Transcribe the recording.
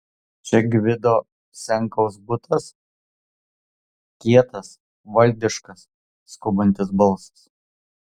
čia gvido senkaus butas kietas valdiškas skubantis balsas